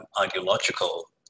ideological